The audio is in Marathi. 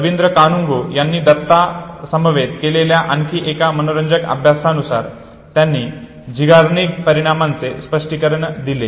रवींद्र कानुगो यांनी दत्ता समवेत केलेल्या आणखी एका रंजक अभ्यासानुसार त्यांनी झिगार्निक परिणामाचे स्पष्टीकरण दिले